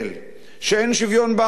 שאין שוויון באחריות,